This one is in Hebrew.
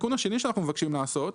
התיקון השני שאנחנו מבקשים לעשות,